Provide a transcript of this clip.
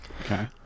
Okay